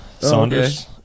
Saunders